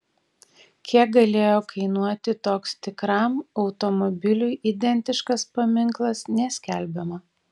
kiek galėjo kainuoti toks tikram automobiliui identiškas paminklas neskelbiama